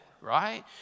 right